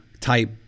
type